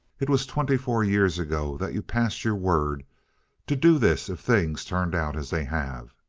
it was twenty-four years ago that you passed your word to do this if things turned out as they have.